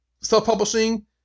self-publishing